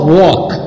walk